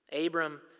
Abram